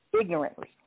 ignorantly